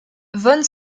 von